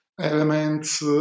elements